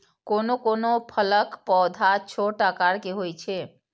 कोनो कोनो फलक पौधा छोट आकार के होइ छै